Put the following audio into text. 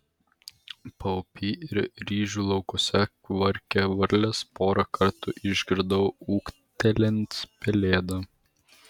paupy ir ryžių laukuose kvarkė varlės porą kartų išgirdau ūktelint pelėdą